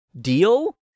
deal